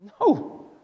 No